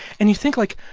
and you think, like,